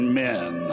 men